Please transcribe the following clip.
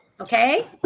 okay